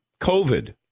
COVID